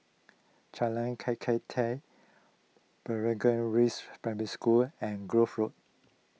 Jalan Kakatua Blangah Rise Primary School and Grove Road